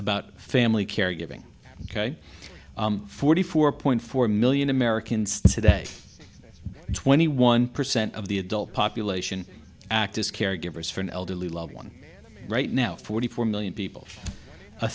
about family caregiving ok forty four point four million americans today twenty one percent of the adult population act as caregivers for an elderly loved one right now forty four million people a